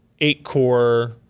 eight-core